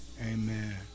Amen